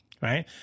Right